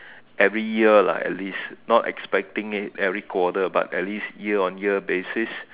every year lah at least not expecting it every quarter but at least year on year basis